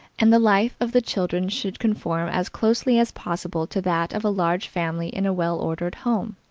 and the life of the children should conform as closely as possible to that of a large family in a well-ordered home.